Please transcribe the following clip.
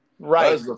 Right